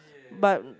but